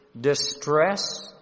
distress